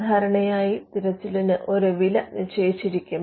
സാധാരണയായി തിരച്ചിലിന് ഒരു വില നിശ്ചയിച്ചിരിക്കും